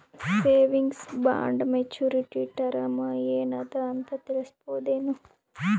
Savings bond maturity term ಏನ ಅದ ಅಂತ ತಿಳಸಬಹುದೇನು?